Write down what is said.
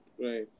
Right